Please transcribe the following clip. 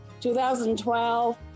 2012